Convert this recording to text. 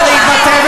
ולהתבטא,